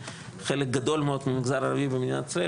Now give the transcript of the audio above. חלק גדול מאוד מהמגזר הערבי במדינת ישראל,